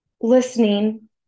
listening